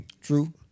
True